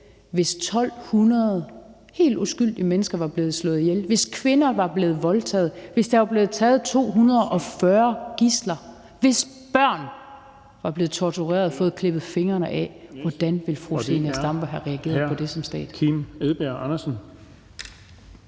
hvis 1.200 helt uskyldige mennesker var blevet slået ihjel? Hvis kvinder var blevet voldtaget, hvis der var blevet taget 240 gidsler, hvis børn var blevet tortureret og havde fået klippet fingrene af, hvordan mener fru Zenia Stampe man skulle have reageret på det som stat?